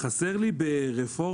חסר לי ברפורמות,